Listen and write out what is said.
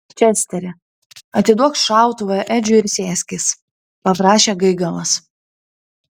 česteri atiduok šautuvą edžiui ir sėskis paprašė gaigalas